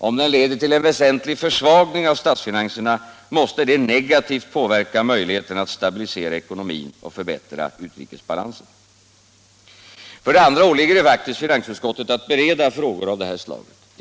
Om den leder till en väsentlig försvagning av statsfinanserna måste detta negativt påverka möjligheterna att stabilisera ekonomin och förbättra utrikesbalansen. För det andra åligger det faktiskt finansutskottet att bereda frågor av det här slaget.